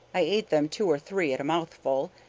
i ate them two or three at a mouthful,